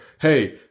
Hey